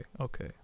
okay